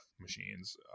machines